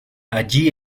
allí